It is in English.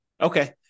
Okay